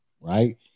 Right